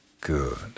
Good